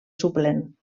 suplent